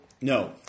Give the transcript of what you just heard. No